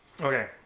okay